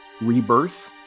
rebirth